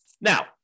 Now